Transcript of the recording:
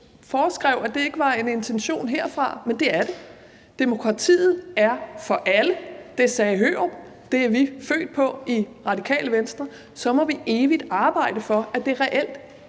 foreskrev, at det ikke var intentionen herfra, men det er det. Demokratiet er for alle; det sagde Hørup, og det er vi født på i Radiale Venstre. Så må vi evigt arbejde for, at det reelt